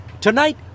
Tonight